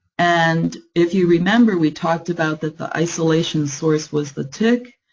and if you remember, we talked about that the isolation source was the tick,